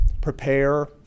prepare